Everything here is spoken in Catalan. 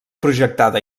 projectada